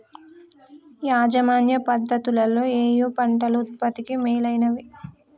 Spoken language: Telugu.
యాజమాన్య పద్ధతు లలో ఏయే పంటలు ఉత్పత్తికి మేలైనవి?